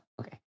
Okay